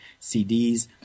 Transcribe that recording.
CDs